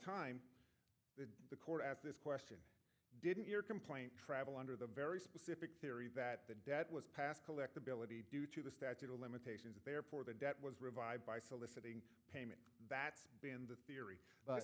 time the court asked this question didn't your complaint travel under the very specific theory that the debt was passed collectability due to the statute of limitations that therefore the debt was revived by soliciting payment that's been the theory